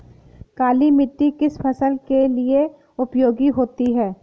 काली मिट्टी किस फसल के लिए उपयोगी होती है?